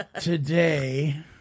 Today